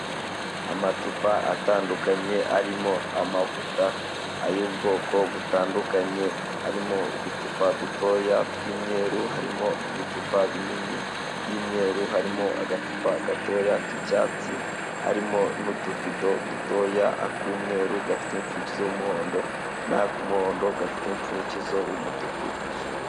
Amacupa atandukanye arimo amavuta ay'ubwoko butandukanye, harimo uducupa dutoya tw'imyeru, harimo ibicupa binini by'imyeru, harimo agacupa gatoya k'icyatsi, harimo n'utuvido dutoya ak'umweru gafite umufundikizo w'umuhondo na k'umuhondo gafite imupfundikizo w'umutuku wijimye.